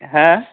मा